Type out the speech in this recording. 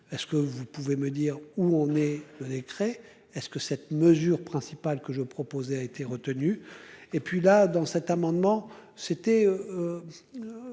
Est-ce que vous pouvez me dire où on est le décret. Est-ce que cette mesure principale que je proposais a été retenu. Et puis là dans cet amendement c'était.